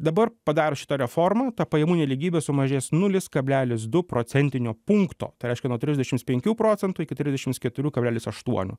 dabar padaro šitą reformą ta pajamų nelygybė sumažės nulis kablelis du procentinio punkto tai reiškia nuo trisdešim penkių procentų iki trisdešim keturių kablelis aštuonių